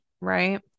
right